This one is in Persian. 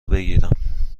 بگیرم